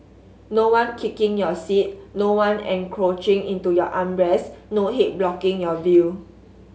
no one kicking your seat no one encroaching into your arm rest no head blocking your view